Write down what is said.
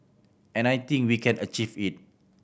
and I think we can achieve it